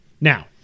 now